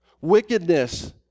Wickedness